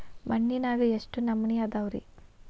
ಮಣ್ಣಿನಾಗ ಎಷ್ಟು ನಮೂನೆ ಅದಾವ ರಿ?